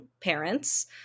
parents